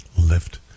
lift